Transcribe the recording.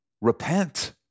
repent